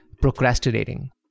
procrastinating